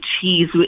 cheese